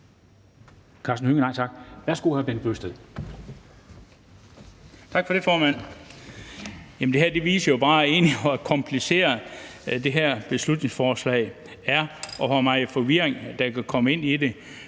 Tak for det, formand. Det her viser jo egentlig bare, hvor kompliceret det her beslutningsforslag er, og hvor meget forvirring der kan komme ud af det.